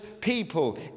people